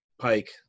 Pike